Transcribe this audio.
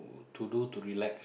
to do to relax